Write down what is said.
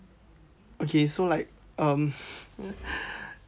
okay so like um